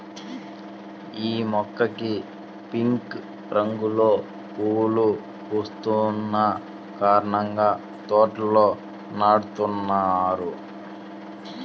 యీ మొక్కకి పింక్ రంగులో పువ్వులు పూస్తున్న కారణంగా తోటల్లో నాటుతున్నారు